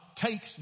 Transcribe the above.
takes